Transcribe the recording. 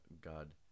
god